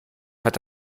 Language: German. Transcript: hat